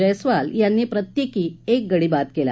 जयस्वाल यांनी प्रत्येकी एक गडी बाद केला